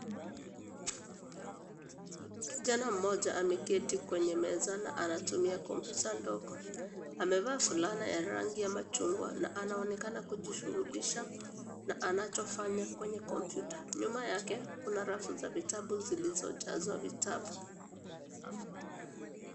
Kijana mmoja ameketi kwenye meza na anatumia kompyuta ndogo. Amevaa fulana ya rangi ya machungwa na anaonekana kujishughulisha na anachofanta kwenye kompyuta. Nyuma yake kuna rafu zilizojazwa vitabu.